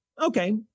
okay